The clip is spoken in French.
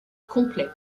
complet